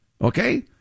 Okay